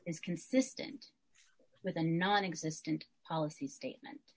is consistent with a nonexistent policy statement